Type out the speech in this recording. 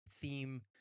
theme